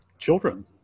children